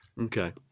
Okay